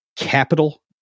capital